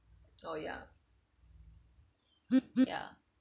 oh yeah yeah